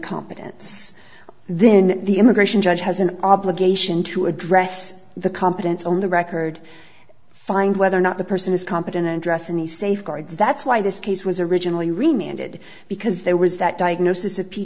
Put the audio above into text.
incompetence then the immigration judge has an obligation to address the competence on the record find whether or not the person is competent in addressing the safeguards that's why this case was originally reminded because there was that diagnosis of p